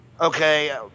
okay